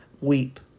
weep